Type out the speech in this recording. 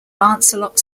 lancelot